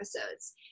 episodes